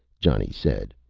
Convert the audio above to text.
johnny said.